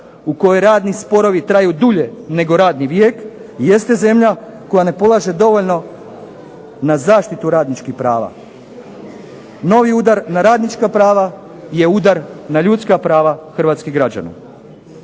u kojoj radni sporovi traju dulje nego radni vijek jeste zemlja koja ne polaže dovoljno na zaštitu radničkih prava. Novi udar na radnička prava je udar na ljudska prava hrvatskih građana.